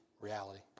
reality